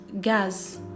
gas